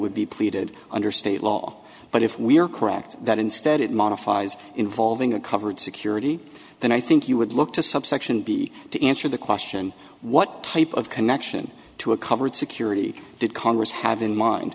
would be pleaded under state law but if we are correct that instead it modifies involving a covered security then i think you would look to subsection b to answer the question what type of connection to a covered security did congress have in mind